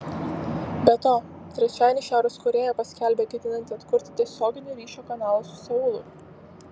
be to trečiadienį šiaurės korėja paskelbė ketinanti atkurti tiesioginio ryšio kanalą su seulu